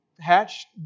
hatched